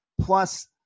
plus